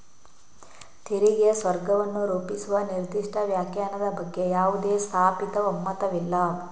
ತೆರಿಗೆ ಸ್ವರ್ಗವನ್ನು ರೂಪಿಸುವ ನಿರ್ದಿಷ್ಟ ವ್ಯಾಖ್ಯಾನದ ಬಗ್ಗೆ ಯಾವುದೇ ಸ್ಥಾಪಿತ ಒಮ್ಮತವಿಲ್ಲ